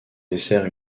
dessert